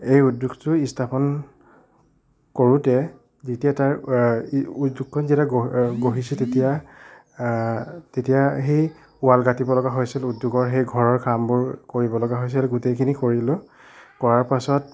সেই উদ্যাগটো স্থাপন কৰোঁতে যেতিয়া তাৰ উদ্যাগটো যেতিয়া গঢ়িছে তেতিয়া তেতিয়া সেই ৱাল গাঁঠিব লগা হৈছিল উদ্যাগৰ সেই ঘৰৰ কামবোৰ কৰিবলগা হৈছিল গোটেইখিনি কৰিলোঁ কৰাৰ পাছত তাত